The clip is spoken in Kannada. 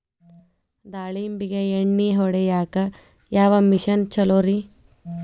ದಾಳಿಂಬಿಗೆ ಎಣ್ಣಿ ಹೊಡಿಯಾಕ ಯಾವ ಮಿಷನ್ ಛಲೋರಿ?